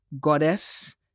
goddess